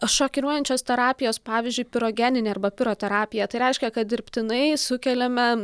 šokiruojančios terapijos pavyzdžiui pirogeninė arba piroterapija tai reiškia kad dirbtinai sukeliame